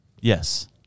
Yes